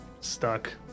stuck